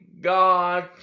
God